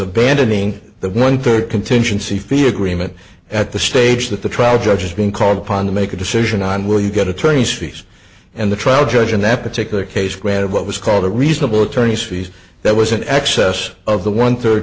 abandoning the one third contingency fee agreement at the stage that the trial judge is being called upon to make a decision on where you got attorney's fees and the trial judge in that particular case granted what was called a reasonable attorney's fees that was in excess of the one th